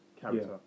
character